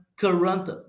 current